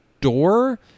door